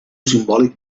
simbòlic